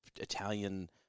Italian